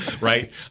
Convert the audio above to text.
Right